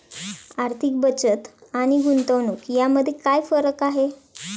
आर्थिक बचत आणि गुंतवणूक यामध्ये काय फरक आहे?